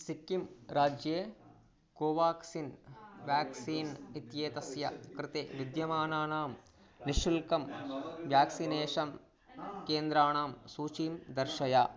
सिक्किम् राज्ये कोवाक्सिन् व्याक्सीन् इत्येतस्य कृते विद्यमानानां निःशुल्कं व्याक्सिनेषन् केन्द्राणां सूचीं दर्शय